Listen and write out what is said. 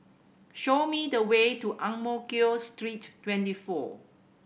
show me the way to Ang Mo Kio Street Twenty four